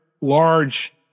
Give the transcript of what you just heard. large